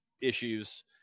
issues